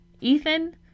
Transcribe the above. ethan